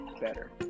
better